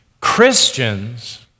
Christians